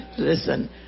Listen